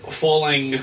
falling